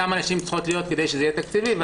כמה נשים צריכות להיות כדי שזה יהיה תקציבי.